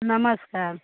नमस्कार